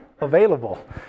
available